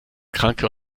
kranke